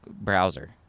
browser